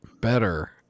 better